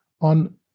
on